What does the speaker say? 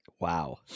Wow